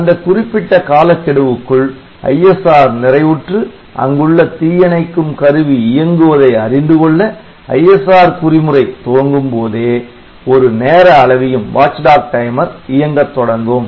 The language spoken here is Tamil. அந்த குறிப்பிட்ட காலக்கெடுவுக்குள் ISR நிறைவுற்று அங்குள்ள தீயணைக்கும் கருவி இயங்குவதை அறிந்துகொள்ள ISR குறிமுறை துவங்கும்போதே ஒரு நேர அளவியும் இயங்கத் தொடங்கும்